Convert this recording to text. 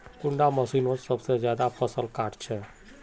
कुंडा मशीनोत सबसे ज्यादा फसल काट छै?